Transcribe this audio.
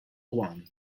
juan